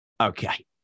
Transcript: Okay